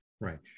Right